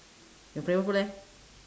your favourite food leh